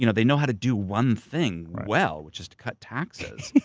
you know they know how to do one thing well, which is to cut taxes.